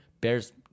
Bears